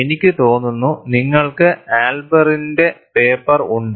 എനിക്ക് തോന്നുന്നു നിങ്ങൾക്ക് എൽബറിന്റെ പേപ്പർ ഉണ്ട്